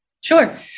Sure